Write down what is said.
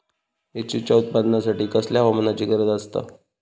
मिरचीच्या उत्पादनासाठी कसल्या हवामानाची गरज आसता?